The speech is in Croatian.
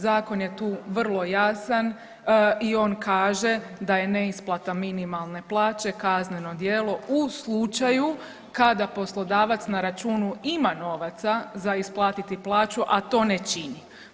Zakon je tu vrlo jasan i on kaže da je neisplata minimalne plaće kazneno djelo u slučaju kada poslodavac na računu ima novaca za isplatiti plaću, a to ne čini.